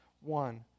one